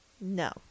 No